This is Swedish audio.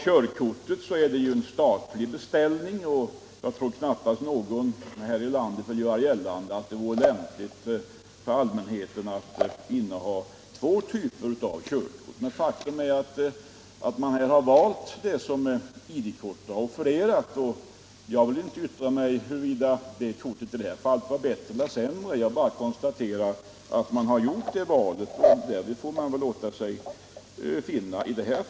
Körkortet är ju en statlig beställning, och jag tror knappast att någon här i landet vill göra gällande att det vore lämpligt för allmänheten att inneha två typer av körkort. Faktum är att man här har valt det system som AB ID-kort har offererat. Jag vill inte yttra mig om huruvida det kortet är bättre eller sämre; jag bara konstaterar att man har gjort det valet. Därvid får vi låta oss nöja.